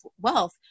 wealth